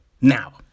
Now